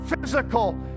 physical